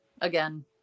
Again